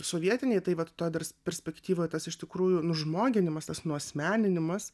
sovietinėj tai vat toj dar perspektyvoj tas iš tikrųjų nužmoginimas tas nuasmeninimas